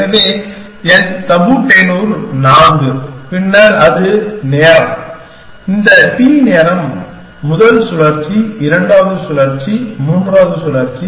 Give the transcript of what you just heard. எனவே என் தபு டென்னூர் 4 பின்னர் அது நேரம் இந்த T நேரம் முதல் சுழற்சி இரண்டாவது சுழற்சி மூன்றாவது சுழற்சி